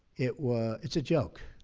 it was it's a joke.